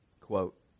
Quote